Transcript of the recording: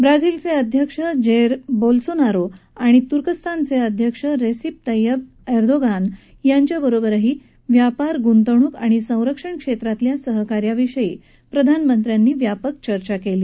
ब्राझिलचे अध्यक्ष Jair Bolsonaro आणि तर्कस्तानचे अध्यक्ष रेसिप तय्यब एर्वोगान यांच्या बरोबरही व्यापार गुंतवणूक आणि संरक्षण क्षेत्रातल्या सहकार्याविषयी प्रधानमंत्र्यांनी व्यापक चर्चा केली